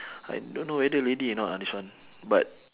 I don't know whether lady or not ah this one but